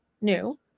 new